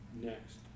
next